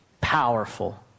powerful